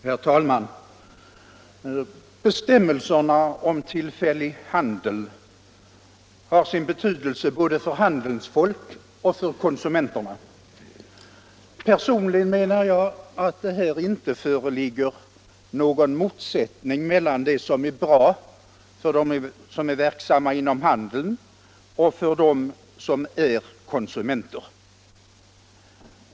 Herr talman! Bestämmelserna om tillfällig handel har sin betydelse både för handelns folk och för konsumenterna. Personligen menar jag att det här inte föreligger någon motsättning mellan det som är bra för dem som är verksamma inom handeln och för dem som är konsumenter.